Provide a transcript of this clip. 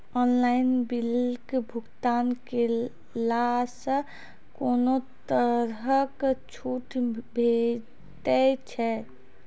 Online बिलक भुगतान केलासॅ कुनू तरहक छूट भेटै छै?